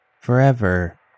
forever